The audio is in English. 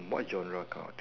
what genre count